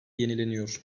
yenileniyor